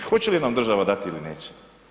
Hoće li nam država dati ili neće?